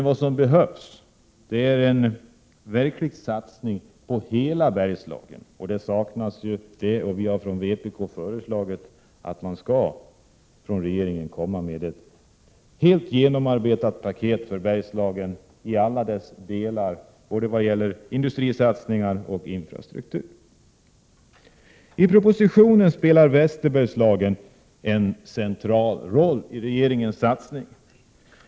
Vad som behövs är en verklig satsning på hela Bergslagen. En sådan saknas. Vi Prot. 1987/88:86 | har från vpk föreslagit att regeringen skall komma med ett helt genomarbetat 17 mars 1988 paket för Bergslagens alla delar, vad gäller satsningar på både industri och infrastruktur. I propositionen spelar Västerbergslagen en central roll när det gäller regeringens satsning.